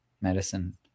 medicine